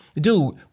dude